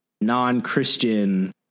non-Christian